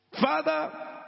Father